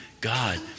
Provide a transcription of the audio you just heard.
God